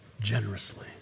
Generously